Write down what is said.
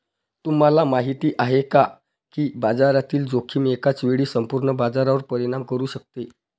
तुम्हाला माहिती आहे का की बाजारातील जोखीम एकाच वेळी संपूर्ण बाजारावर परिणाम करू शकते?